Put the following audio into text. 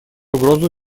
угрозу